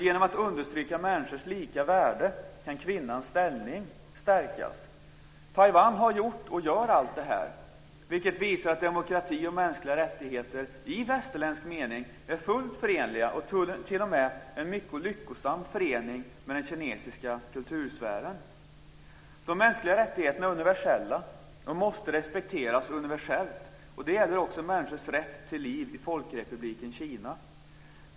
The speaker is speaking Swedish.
Genom att människors lika värde understryks kan kvinnans ställning stärkas. Taiwan har gjort och gör allt detta, vilket visar att demokrati och mänskliga rättigheter i västerländsk mening är fullt förenliga och t.o.m. kan ingå en mycket lyckosam förening med den kinesiska kultursfären. De mänskliga rättigheterna är universella och måste respekteras universellt. Det gäller också människors rätt till liv i Folkrepubliken Kina.